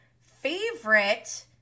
favorite